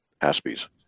Aspie's